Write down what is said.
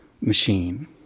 machine